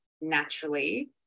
naturally